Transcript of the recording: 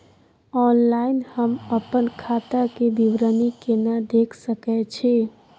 Online हम अपन खाता के विवरणी केना देख सकै छी?